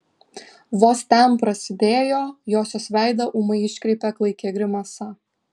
vos ten prasidėjo josios veidą ūmai iškreipė klaiki grimasa